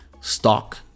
stock